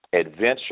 adventure